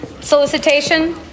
solicitation